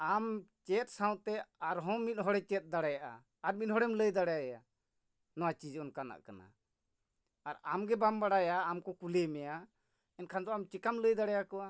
ᱟᱢ ᱪᱮᱫ ᱥᱟᱶᱛᱮ ᱟᱨᱦᱚᱸ ᱢᱤᱫ ᱦᱚᱲᱮ ᱪᱮᱫ ᱫᱟᱲᱮᱭᱟᱜᱼᱟ ᱟᱨ ᱢᱤᱫ ᱦᱚᱲᱮᱢ ᱞᱟᱹᱭ ᱫᱟᱲᱮᱭᱟᱭᱟ ᱱᱚᱣᱟ ᱚᱱᱠᱟᱱᱟᱜ ᱠᱟᱱᱟ ᱟᱨ ᱟᱢᱜᱮ ᱵᱟᱢ ᱵᱟᱲᱟᱭᱟ ᱟᱢ ᱠᱚ ᱠᱩᱞᱤ ᱢᱮᱭᱟ ᱮᱱᱠᱷᱟᱱ ᱫᱚ ᱟᱢ ᱪᱮᱠᱟᱢ ᱞᱟᱹᱭ ᱫᱟᱲᱮᱭᱟᱠᱚᱣᱟ